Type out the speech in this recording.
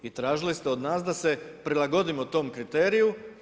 I tražili ste od nas da se prilagodimo tom kriteriju.